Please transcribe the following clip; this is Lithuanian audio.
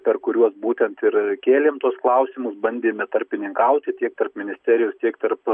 per kuriuos būtent ir kėlėm tuos klausimus bandėme tarpininkauti tiek tarp ministerijos tiek tarp